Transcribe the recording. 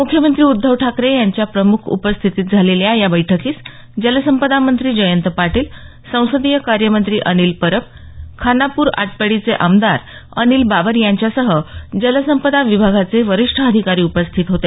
मुख्यमंत्री उद्धव ठाकरे यांच्या प्रमुख उपस्थितीत झालेल्या या बैठकीस जलसंपदामंत्री जयंत पाटील संसदीय कार्यमंत्री अनिल परब खानापूर आटपाडीचे आमदार अनिल बाबर यांच्यासह जलसंपदा विभागाचे वरिष्ठ अधिकारी उपस्थित होते